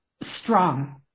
strong